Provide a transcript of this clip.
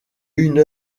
une